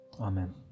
amen